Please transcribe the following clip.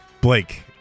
Blake